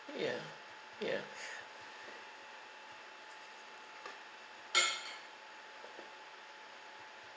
ya ya